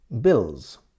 bills